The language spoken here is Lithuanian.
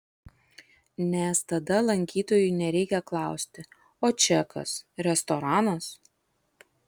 nes tada lankytojui nereikia klausti o čia kas restoranas